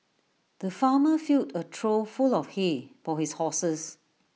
the farmer filled A trough full of hay for his horses